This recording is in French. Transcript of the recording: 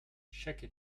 chaque